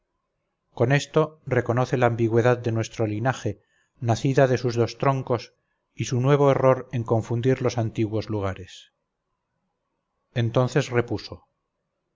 con esto reconoce la ambigüedad de nuestro linaje nacida de sus dos troncos y su nuevo error en confundir los antiguos lugares entonces repuso